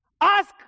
ask